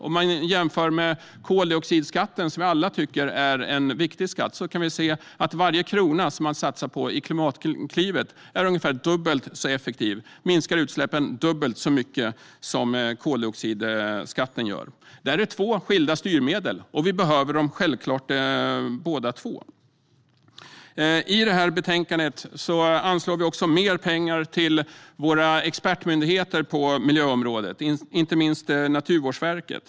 Om man jämför med koldioxidskatten, som vi alla tycker är en viktig skatt, kan vi se att varje krona som man satsar i Klimatklivet är ungefär dubbelt så effektiv. Detta minskar utsläppen dubbelt så mycket som koldioxidskatten gör. Det här är två skilda styrmedel, och vi behöver självklart båda två. I betänkandet anslår vi mer pengar till våra expertmyndigheter på miljöområdet, inte minst Naturvårdsverket.